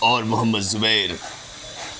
اور محمد زبیر